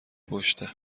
پشته